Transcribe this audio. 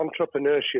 entrepreneurship